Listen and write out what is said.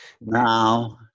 Now